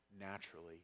naturally